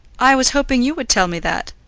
i was hoping you would tell me that.